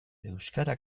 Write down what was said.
euskara